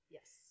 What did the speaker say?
Yes